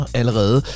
allerede